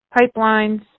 pipelines